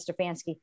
Stefanski